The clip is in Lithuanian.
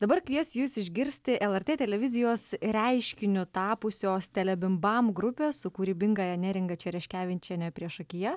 dabar kvies jus išgirsti lrt televizijos reiškiniu tapusios telebimbam grupė su kūrybingąja neringa čereškevičiene priešakyje